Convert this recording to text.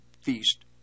feast